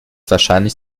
wahrscheinlich